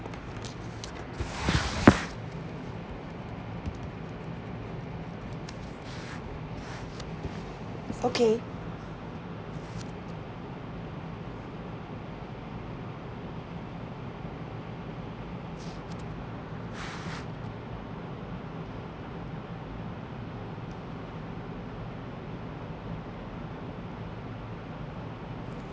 okay